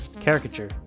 caricature